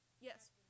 Yes